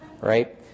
Right